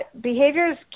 behaviors